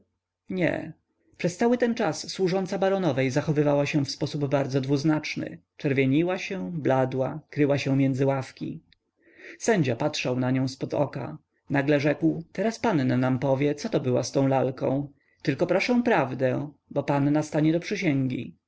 nie przez cały ten czas służąca baronowej zachowywała się w sposób bardzo dwuznaczny czerwieniła się bladła kryła się między ławki sędzia patrzał na nią zpod oka nagle rzekł teraz panna nam powie coto było z lalką tylko proszę prawdę bo panna stanie do przysięgi